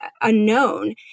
unknown